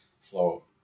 flow